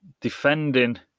defending